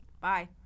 Bye